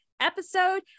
episode